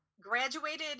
Graduated